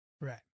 right